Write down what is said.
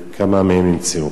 וכמה מהם נמצאו?